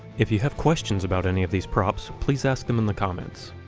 if you have questions about any of these props, please ask them in the comments.